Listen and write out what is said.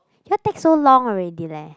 what take so long already leh